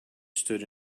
stood